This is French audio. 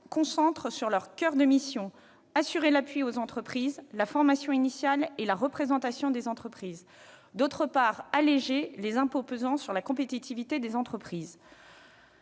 concentrent sur leur coeur de mission : assurer l'appui aux entreprises, la formation initiale et la représentation des entreprises. Elle tend, d'autre part, à alléger les impôts pesant sur la compétitivité des entreprises.